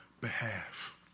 behalf